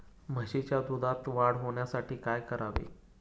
म्हशीच्या दुधात वाढ होण्यासाठी काय करावे?